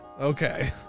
Okay